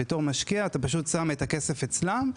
בתור משקיע, אתה פשוט שם את הכסף אצלן,